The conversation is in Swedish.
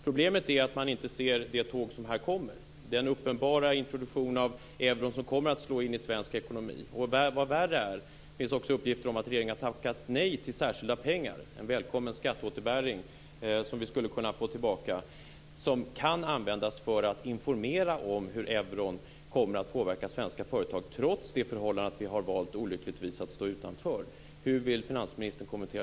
Problemet är att man inte ser det tåg som här kommer, den uppenbara introduktion av euron som kommer att inverka på svensk ekonomi. Än värre är att regeringen enligt uppgifter har tackat nej till särskilda pengar, en välkommen skatteåterbäring som vi skulle kunnat få och som kunde användas för att informera om hur euron kommer att påverka svenska företag trots det olyckliga förhållandet att vi har valt att stå utanför.